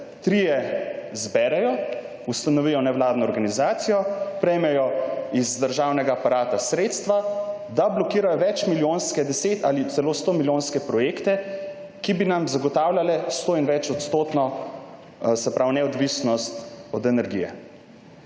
trije zberejo, ustanovijo nevladno organizacijo, prejmejo iz državnega aparata sredstva, da blokirajo večmilijonske, deset ali celo stomilijonske projekte, ki bi nam zagotavljale sto in večodstotno neodvisnost od energije.